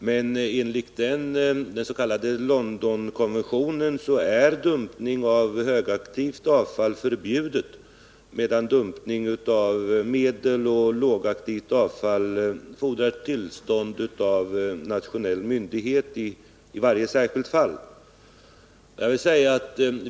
Men enligt den s.k. Londonkonventionen är dumpning av högaktivt avfall förbjuden, medan dumpning av medeloch lågaktivt avfall fordrar ett tillstånd av nationell myndighet i varje särskilt fall.